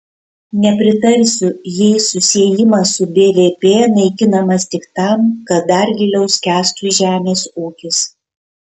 nepritarsiu jei susiejimas su bvp naikinamas tik tam kad dar giliau skęstų žemės ūkis